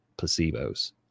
placebos